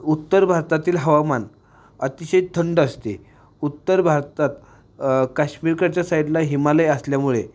उत्तर भारतातील हवामान अतिशय थंड असते उत्तर भारतात काश्मीरकडच्या साईडला हिमालय असल्यामुळे